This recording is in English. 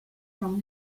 from